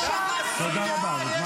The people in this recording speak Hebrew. הזמן עבר.